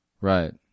right